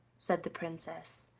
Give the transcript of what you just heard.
said the princess,